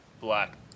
Black